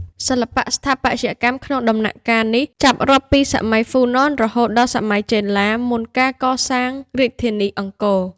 សិល្បៈស្ថាបត្យកម្មក្នុងតំណាក់កាលនេះចាប់រាប់ពីសម័យហ្វូណន រហូតដល់ សម័យចេនឡា មុនការកសាងរាជធានីអង្គរ។